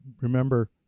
remember